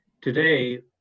Today